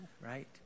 right